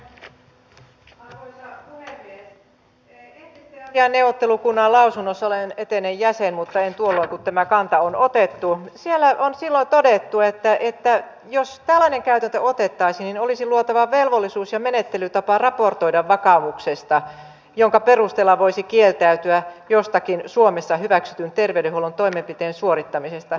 eettisten asiain neuvottelukunnan lausunnossa olen etenen jäsen mutta en ollut tuolloin kun tämä kanta on otettu on todettu että jos tällainen käytäntö otettaisiin olisi luotava velvollisuus ja menettelytapa raportoida vakaumuksesta jonka perusteella voisi kieltäytyä jostakin suomessa hyväksytyn terveydenhuollon toimenpiteen suorittamisesta